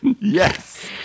Yes